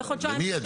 למי עדיף?